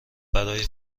برای